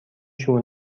شور